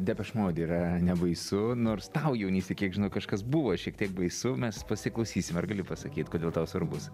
depeche mode yra nebaisu nors tau jaunystėj kiek žinau kažkas buvo šiek tiek baisu mes pasiklausysim ar gali pasakyt kodėl tau svarbus